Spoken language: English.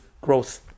growth